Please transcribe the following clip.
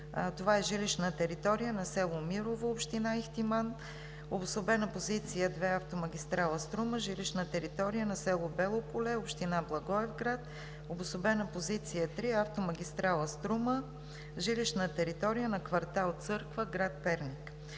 това е жилищна територия на с. Мирово, община Ихтиман, област Софийска; Обособена позиция № 2: автомагистрала „Струма“, жилищна територия на с. Бело поле, община Благоевград; · Обособена позиция № 3: автомагистрала „Струма“, жилищна територия на кв. „Църква“, град Перник.